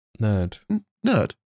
Nerd